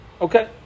Okay